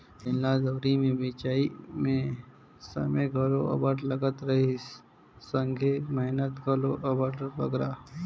बेलना दउंरी मे मिंजई मे समे घलो अब्बड़ लगत रहिस संघे मेहनत घलो अब्बड़ बगरा